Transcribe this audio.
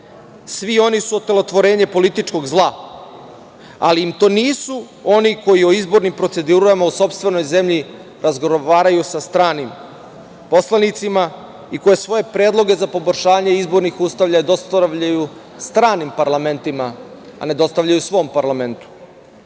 svi oni su otelotvorenje političkog zla, ali to nisu oni koji o izbornim procedurama u sopstvenoj zemlji razgovaraju sa stranim poslanicima, i koji svoje predloge za poboljšanje izbornih uslova dostavljaju stranim parlamentima, a ne dostavljaju svom parlamentu,